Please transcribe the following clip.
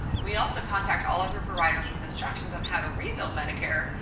we also contact all of your providers with instructions on how to re-bill medicare,